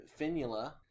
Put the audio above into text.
Finula